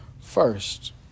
first